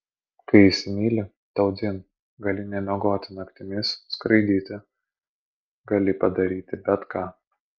kai įsimyli tau dzin gali nemiegoti naktimis skraidyti gali padaryti bet ką